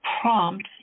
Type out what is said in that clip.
prompt